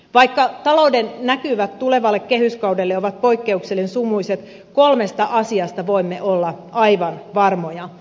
vaikka talouden näkymät tulevalle kehyskaudelle ovat poikkeuksellisen sumuiset kolmesta asiasta voimme olla aivan varmoja